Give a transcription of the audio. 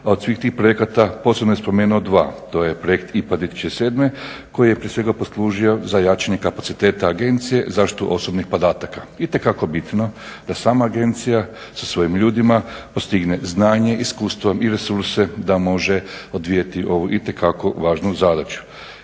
a od svih tih projekata posebno bih spomenuo dva, to je projekt IPARD 2007.koji je prije svega poslužio za jačanje kapaciteta agencije, zaštitu osobnih podataka. Itekako bitno da sama agencija sa svojim ljudima postigne znanje, iskustvo i resurse da može odvijavati ovu itekako važnu zadaću.